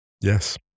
Yes